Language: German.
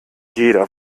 jeder